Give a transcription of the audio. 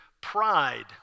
pride